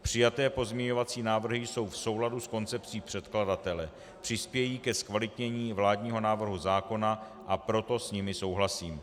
Přijaté pozměňovací návrhy jsou v souladu s koncepcí předkladatele, přispějí ke zkvalitnění vládního návrhu zákona, a proto s nimi souhlasím.